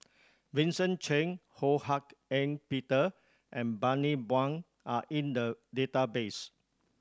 Vincent Cheng Ho Hak Ean Peter and Bani Buang are in the database